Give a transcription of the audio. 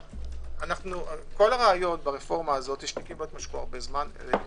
כל הרעיון ברפורמה הזאת שהזמנים יקוצרו.